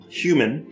human